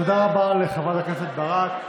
תודה רבה לחברת הכנסת ברק.